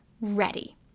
ready